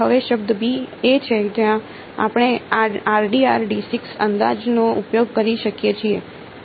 હવે શબ્દ b એ છે જ્યાં આપણે આ અંદાજનો ઉપયોગ કરી શકીએ છીએ